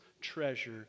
treasure